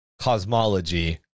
cosmology